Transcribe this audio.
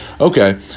Okay